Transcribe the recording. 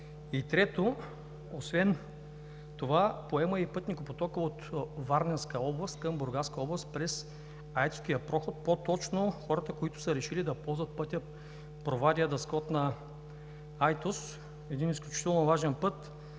Бургас. Трето, поема и пътникопотока от Варненска област към Бургаска област през Айтоския проход, по-точно хората, които са решили да ползват пътя Провадия – Дъскотна – Айтос, един изключително важен път,